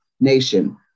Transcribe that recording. nation